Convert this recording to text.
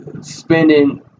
spending